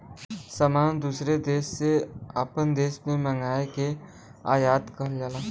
सामान दूसर देस से आपन देश मे मंगाए के आयात कहल जाला